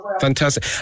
Fantastic